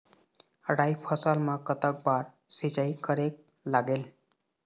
राई फसल मा कतक बार सिचाई करेक लागेल?